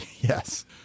yes